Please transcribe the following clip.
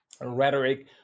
rhetoric